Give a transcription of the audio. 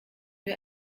wir